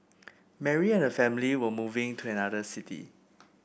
Mary and her family were moving to another city